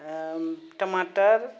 टमाटर